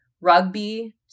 rugby